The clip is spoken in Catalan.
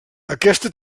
aquesta